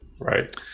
Right